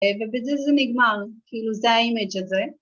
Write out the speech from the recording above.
ובזה זה נגמר, כאילו זה האימג הזה